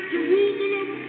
Jerusalem